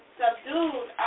subdued